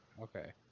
Okay